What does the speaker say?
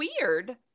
Weird